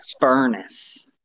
furnace